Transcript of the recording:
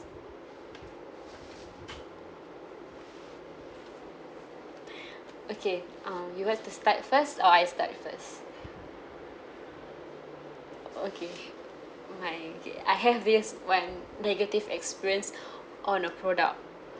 okay um you have to start first or I start first okay my okay I have this one negative experience on a product